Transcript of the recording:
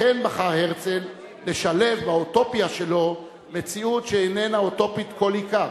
לכן בחר הרצל לשלב באוטופיה שלו מציאות שאיננה אוטופית כל עיקר,